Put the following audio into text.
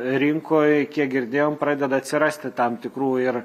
rinkoj kiek girdėjom pradeda atsirasti tam tikrų ir